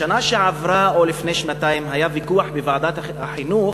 בשנה שעברה או לפני שנתיים היה ויכוח בוועדת החינוך